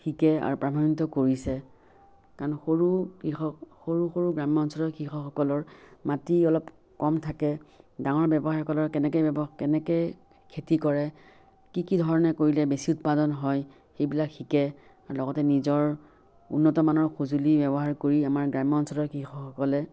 শিকে আৰু প্ৰাভাৱান্বিত কৰিছে কাৰণ সৰু কৃষক সৰু সৰু গ্ৰাম্য অঞ্চলৰ কৃষকসকলৰ মাটি অলপ কম থাকে ডাঙৰ ব্যৱসায়সকলৰ কেনেকৈ ব্য়ৱ কেনেকৈ খেতি কৰে কি কি ধৰণে কৰিলে বেছি উৎপাদন হয় সেইবিলাক শিকে লগতে নিজৰ উন্নতমানৰ সঁজুলি ব্যৱহাৰ কৰি আমাৰ গ্ৰাম্য অঞ্চলৰ কৃষকসকলে